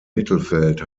mittelfeld